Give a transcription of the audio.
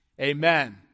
Amen